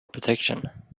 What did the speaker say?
protection